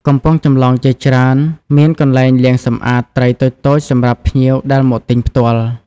កំពង់ចម្លងជាច្រើនមាន កន្លែងលាងសម្អាត ត្រីតូចៗសម្រាប់ភ្ញៀវដែលមកទិញផ្ទាល់។